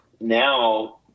now